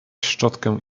szczotkę